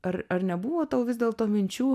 ar ar nebuvo tau vis dėlto minčių